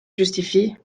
justifie